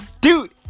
Dude